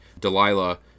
Delilah